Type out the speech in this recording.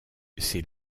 ses